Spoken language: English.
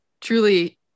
truly